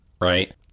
right